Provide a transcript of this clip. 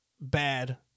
bad